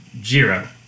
Jiro